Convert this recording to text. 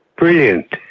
brilliant.